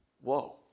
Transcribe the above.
Whoa